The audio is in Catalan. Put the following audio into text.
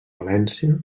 valència